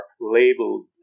labeled